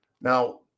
Now